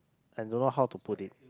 I don't know how to put it